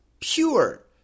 pure